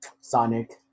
Sonic